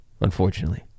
unfortunately